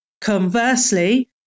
Conversely